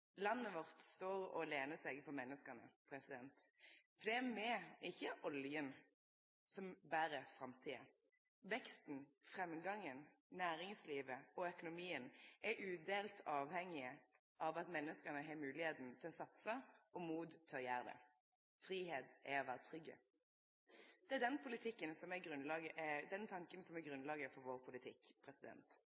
Landet vårt står og lener seg på menneska. Fordi det er me, ikkje olja, som ber framtida. Vekst, framgang, næringsliv og økonomi – dette er avhengig av at menneska har moglegheit til å satse og mot til å gjere det. Fridom er å vere trygg. Det er den tanken som er grunnlaget for politikken vår; den politikken som